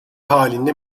halinde